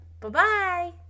Bye-bye